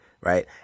right